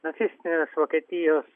nacistinės vokietijos